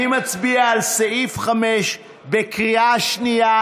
אני מצביע על סעיף 5 בקריאה שנייה,